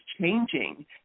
changing